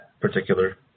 particular